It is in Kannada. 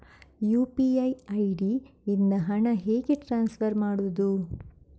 ಯು.ಪಿ.ಐ ಐ.ಡಿ ಇಂದ ಹಣ ಹೇಗೆ ಟ್ರಾನ್ಸ್ಫರ್ ಮಾಡುದು?